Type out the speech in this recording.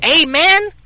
Amen